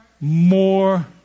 More